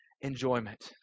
enjoyment